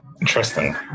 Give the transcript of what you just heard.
interesting